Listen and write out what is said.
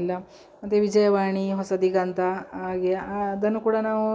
ಎಲ್ಲ ಮತ್ತು ವಿಜಯವಾಣಿ ಹೊಸದಿಗಂತ ಹಾಗೆ ಅದನ್ನು ಕೂಡ ನಾವು